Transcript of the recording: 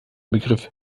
begriff